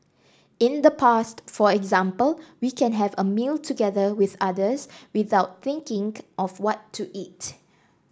in the past for example we can have a meal together with others without thinking of what to eat